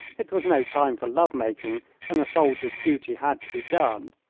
it was no time for love-making when a soldier's duty had to be done,